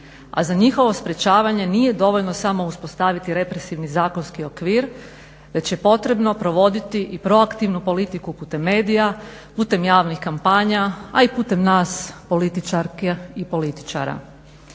A za njihovo sprječavanje nije dovoljno samo uspostaviti represivni zakonski okvir već je potrebno provoditi i proaktivnu politiku putem medija, putem javnih kampanja a i putem nas političarki i političara.